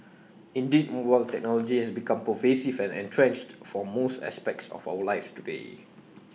indeed mobile technology has become pervasive and entrenched for most aspects of our lives today